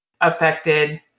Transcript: affected